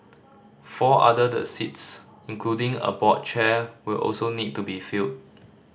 four other the seats including a board chair will also need to be filled